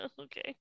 Okay